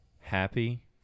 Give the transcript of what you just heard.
Happy